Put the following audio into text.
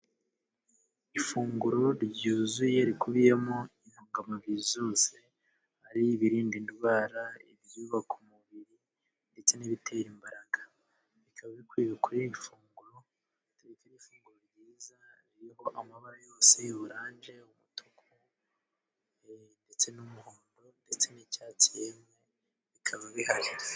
Ifunguro ryuzuye rikubiyemo intungamubiri zose, ari ibirinda indwara, ibyubaka umubiri, ndetse n'ibitera imbaraga. Bikaba bikwiye kuri iri funguro, rifite ifunguro ryiza ririho amabara yose, oranje, umutuku ndetse n'umuhondo ndetse n'icyatsi yemwe bikaba bihari.